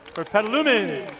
we're petalumans.